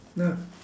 no